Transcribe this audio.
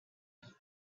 but